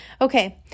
okay